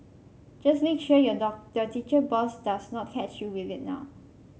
just make sure your dog the teacher boss does not catch you with it now